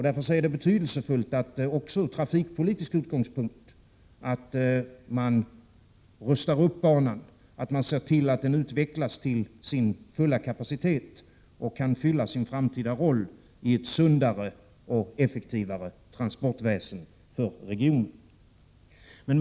Därför är det betydelsefullt att man också ur trafikpolitisk utgångspunkt rustar upp banan och ser till att den utvecklas till sin fulla kapacitet och kan fylla sin framtida roll i ett sundare och effektivare transportväsen för regionen.